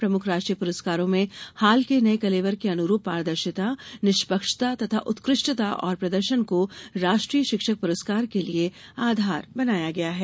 प्रमुख राष्ट्रीय पुरस्कारों में हाल के नये कलेवर के अनुरूप पारदर्शिता निष्पक्षता तथा उत्कृष्टता और प्रदर्शन को राष्ट्रीय शिक्षक पुरस्कार के लिए आधार बनाया गया है